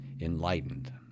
enlightened